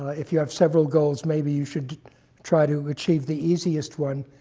if you have several goals, maybe you should try to achieve the easiest one,